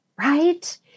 right